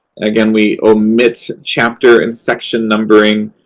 again, we omit chapter and section numbering,